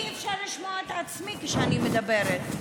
אי-אפשר לשמוע את עצמי כשאני מדברת.